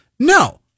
No